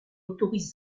autorise